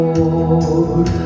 Lord